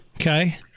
Okay